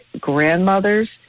grandmothers